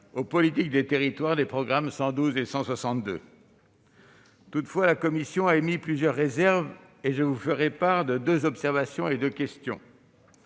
aux politiques des territoires des programmes 112 et 162. Elle a toutefois formulé plusieurs réserves et je vous ferai part de deux observations et deux questions.